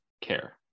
care